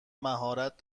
مهارت